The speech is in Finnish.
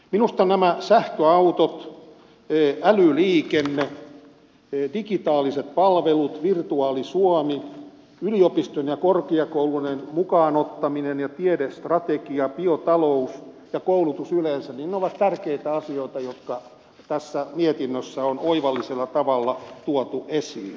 minusta nämä sähköautot älyliikenne digitaaliset palvelut virtuaali suomi yliopistojen ja korkeakoulujen mukaanottaminen tiedestrategia biotalous ja koulutus yleensä ovat tärkeitä asioita jotka tässä mietinnössä on oivallisella tavalla tuotu esiin